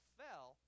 fell